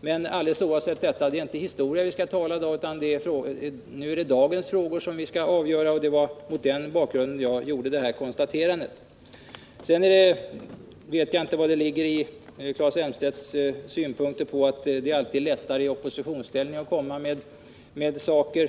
Men alldeles oavsett detta — det är inte historia vi skall tala om, utan nu är det dagens frågor som vi skall avgöra, och det var mot den bakgrunden jag gjorde mitt konstaterande. Jag vet inte vad det ligger i Claes Elmstedts synpunkt att det alltid är lättare att i oppositionsställning komma med förslag.